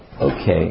Okay